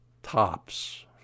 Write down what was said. tops